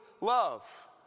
love